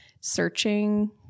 searching